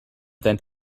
then